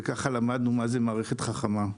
וככה למדנו מה זה מערכת חכמה.